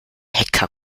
hacker